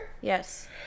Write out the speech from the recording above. Yes